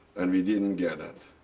and we didn't get it.